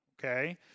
okay